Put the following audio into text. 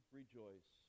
rejoice